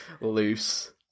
loose